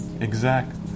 exact